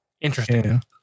interesting